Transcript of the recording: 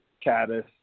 caddis